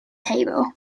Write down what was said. table